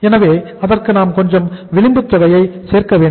எனவே அதற்கு நாம் கொஞ்சம் விளிம்பு தொகையை சேர்க்க வேண்டும்